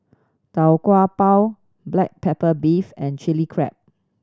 Tau Kwa Pau black pepper beef and Chili Crab